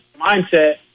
mindset